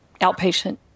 outpatient